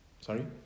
Sorry